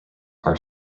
are